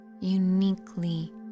uniquely